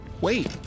Wait